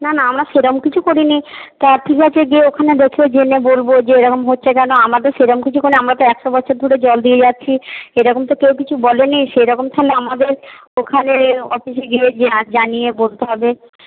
না না আমরা সেরকম কিছু করিনি তা ঠিক আছে যে ওখানে দেখে জেনে বলবো যে এরকম হচ্ছে কেন আমাদের সেরকম কিছু কেন আমরা একশো বছর ধরে জল দিয়ে যাচ্ছি এরকম তো কিছু কেউ বলেনি সেইরকম তো আমাদের ওখানে অফিসে গিয়ে জানিয়ে বলতে হবে